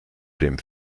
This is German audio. dem